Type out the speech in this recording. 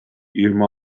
yirmi